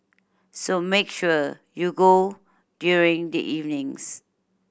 so make sure you go during the evenings